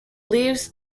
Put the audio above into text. leaves